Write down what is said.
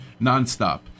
nonstop